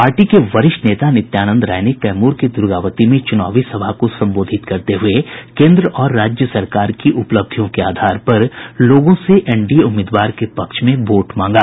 party के वरिष्ठ नेता नित्यानंद राय ने कैमूर के द्र्गावती में चूनावी सभा को संबोधित करते हये केन्द्र और राज्य सरकार की उपलब्धियों के आधार पर लोगों से एनडीए उम्मीदवार के पक्ष में वोट मांगा